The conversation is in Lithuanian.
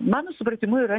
mano supratimu yra